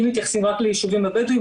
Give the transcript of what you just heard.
אם מתייחסים רק לישובים הבדואים,